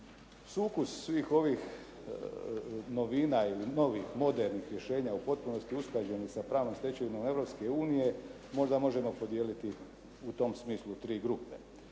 Sukus svih ovih novina ili novih modernih rješenja u potpunosti usklađenih sa pravnom stečevinom Europske unije možda možemo podijeliti u tom smislu u tri grupe.